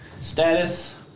status